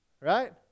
Right